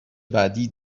بعدی